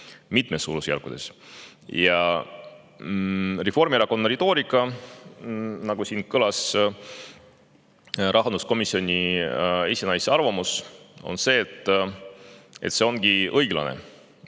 mitmes suurusjärgus. Reformierakonna retoorika, nagu siin kõlas, ja rahanduskomisjoni esinaise arvamus on see, et see ongi õiglane,